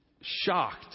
shocked